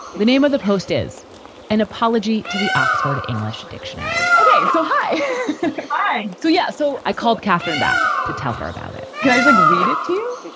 the name of the post is an apology to the oxford english dictionary. ok, so hi hi so yeah. so i called catherine back to tell her about it because i was like, read it to you.